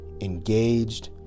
engaged